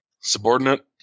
subordinate